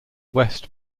west